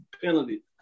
penalty